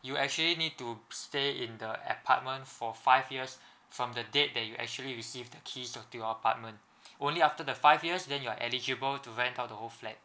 you actually need to stay in the apartment for five years from the date that you actually receive the key to your apartment only after the five years then you are eligible to rent out the whole flat